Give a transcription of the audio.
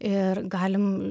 ir galim